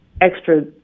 extra